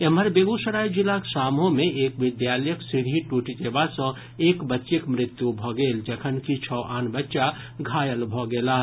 एम्हर बेगूसराय जिलाक साम्हो मे एक विद्यालयक सीढ़ी टूटि जेबा सँ एक बच्चीक मृत्यु भऽ गेल जखनकि छओ आन बच्चा घायल भऽ गेलाह